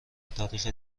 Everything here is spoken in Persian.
تاریخ